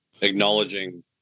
acknowledging